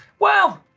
well,